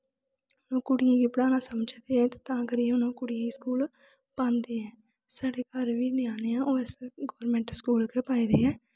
हून कुड़ियें गी पढ़ाना समझदे ऐं ते हून ओह् तां करियै कुड़ियें गी स्कूल पांदे ऐं साढ़े घर बी ञ्याने ऐं ओह् असें गौरमैंट स्कूल गै पाए दे ऐं